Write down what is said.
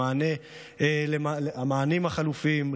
המענים החלופיים,